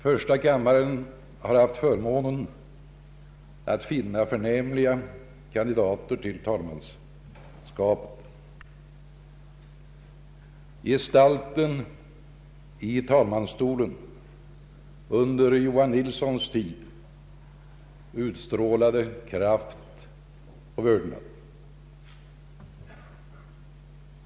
Första kammaren har haft förmånen att finna förnämliga kandidater till talmanskapet. Gestalten i talmansstolen under Johan Nilssons tid utstrålade kraft och värdighet.